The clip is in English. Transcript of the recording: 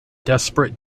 desperate